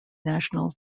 national